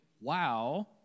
wow